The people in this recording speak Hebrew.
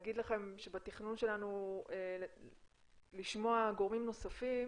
לומר לכם שבתכנון שלנו לשמוע גורמים נוספים